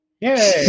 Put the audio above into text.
Yay